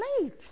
late